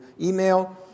email